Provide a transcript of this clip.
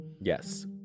Yes